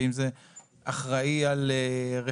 ואם זה אחראי על רכבים,